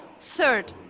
Third